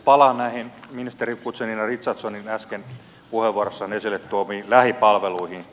palaan näihin ministeri guzenina richardsonin äsken puheenvuorossaan esille tuomiin lähipalveluihin